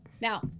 Now